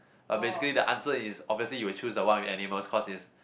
but basically the answer is obviously you will choose the one with animals cause is